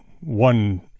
one